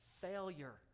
failure